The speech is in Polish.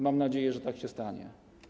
Mam nadzieje, że tak się stanie.